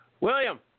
William